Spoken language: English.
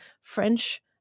French